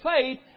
faith